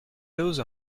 those